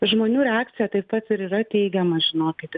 žmonių reakcija taip pat ir yra teigiama žinokit